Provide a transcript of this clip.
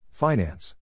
Finance